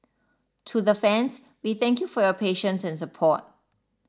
to the fans we thank you for your patience and support